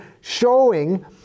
showing